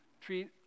treat